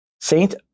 Saint